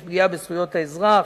יש פגיעה בזכויות האזרח.